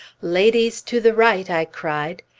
ladies to the right! i cried.